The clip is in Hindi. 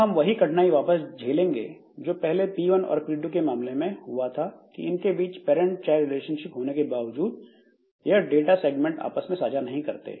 अब हम वही कठिनाई वापस झेलेंगे जो पहले P1 और P2 के मामले में हुआ था कि इनके बीच पैरंट चाइल्ड रिलेशनशिप होने के बावजूद यह डाटा सेगमेंट आपस में साझा नहीं करते